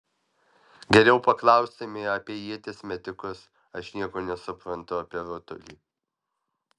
geriau paklaustumei apie ieties metikus aš nieko nesuprantu apie rutulį